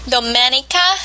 Domenica